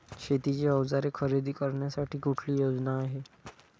शेतीची अवजारे खरेदी करण्यासाठी कुठली योजना आहे?